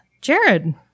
Jared